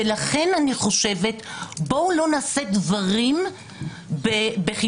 ולכן אני חושבת בואו לא נעשה דברים בחיפזון.